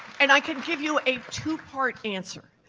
and i can give you a two-part answer.